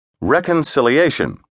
Reconciliation